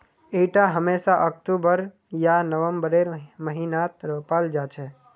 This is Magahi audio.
इटा हमेशा अक्टूबर या नवंबरेर महीनात रोपाल जा छे